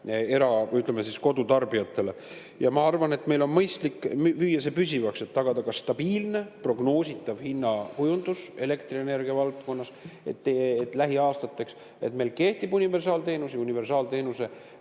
või, ütleme, kodutarbijatele. Ma arvan, et meil on mõistlik muuta see püsivaks, et tagada stabiilne prognoositav hinnakujundus elektrienergia valdkonnas lähiaastateks. Meil seega kehtiks universaalteenus ja universaalteenuse